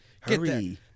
hurry